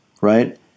right